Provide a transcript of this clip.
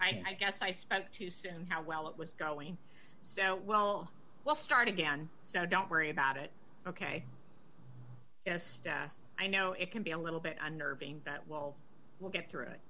i guess i spent to say and how well it was going so well we'll start again so don't worry about it ok yes i know it can be a little bit unnerving that well we'll get through it